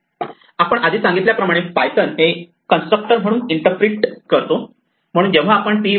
आपण आधी सांगितल्याप्रमाणे पायथन हे कन्स्ट्रक्टर म्हणून इंटरप्रीट करतो म्हणून जेव्हा आपण p 0